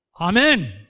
Amen